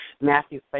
Matthew